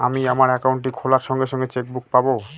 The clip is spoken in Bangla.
আমি আমার একাউন্টটি খোলার সঙ্গে সঙ্গে চেক বুক পাবো?